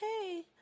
hey